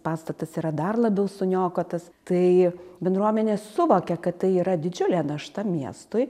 pastatas yra dar labiau suniokotas tai bendruomenė suvokia kad tai yra didžiulė našta miestui